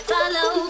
Follow